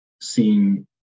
seeing